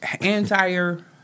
Entire